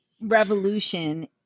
revolution